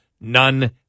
none